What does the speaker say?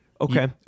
Okay